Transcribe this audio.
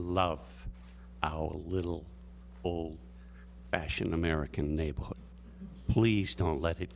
love our little old fashioned american neighborhood please don't let it